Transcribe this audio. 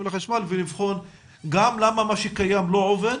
לחשמל ולבחון גם למה מה שקיים לא עובד,